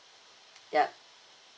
ya